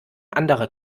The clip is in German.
anderer